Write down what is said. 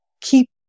keep